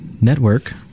Network